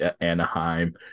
Anaheim